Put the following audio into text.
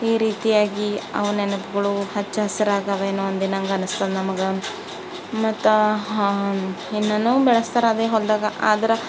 ಈ ರೀತಿಯಾಗಿ ಅವು ನೆನಪುಗಳು ಹಚ್ಚ ಹಸಿರಾಗವೇನೊ ಅಂದಿನಂಗೆ ಅನ್ನಿಸ್ತದ ನಮಗೆ ಮತ್ತೆ ಇನ್ನೂನು ಬೆಳೆಸ್ತಾರ ಅದೇ ಹೊಲ್ದಾಗ ಆದ್ರೆ